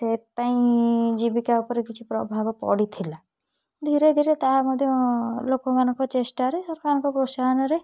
ସେ ପାଇଁ ଜୀବିକା ଉପରେ କିଛି ପ୍ରଭାବ ପଡ଼ିଥିଲା ଧୀରେ ଧୀରେ ତାହା ମଧ୍ୟ ଲୋକମାନଙ୍କ ଚେଷ୍ଟାରେ ସରକାରଙ୍କ ପ୍ରୋତ୍ସାହନରେ